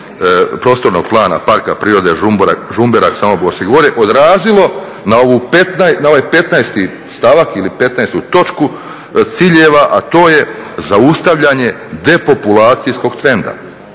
prostornog plana Parka prirode Žumberak-Samoborsko gorje odrazilo na ovaj 15. stavak ili 15. točku ciljeva, a to je zaustavljanje depopulacijskog trenda